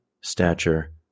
stature